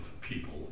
people